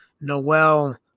Noel